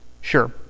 Sure